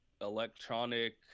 electronic